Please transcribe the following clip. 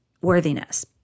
worthiness